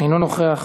אינו נוכח.